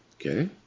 Okay